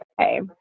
okay